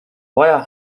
vaja